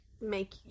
make